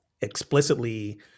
explicitly